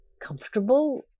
comfortable